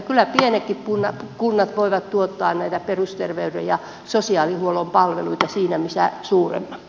kyllä pienetkin kunnat voivat tuottaa näitä perusterveyden ja sosiaalihuollon palveluita siinä missä suuremmatkin